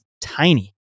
tiny